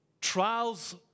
Trials